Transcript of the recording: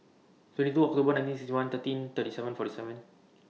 twenty two October nineteen sixty one thirteen thirty seven forty seven